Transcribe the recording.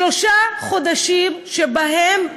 שלושה חודשים שבהם,